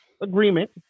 agreement